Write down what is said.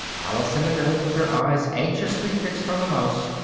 alice in the middle, with her eyes anxiously fixed on the mouse,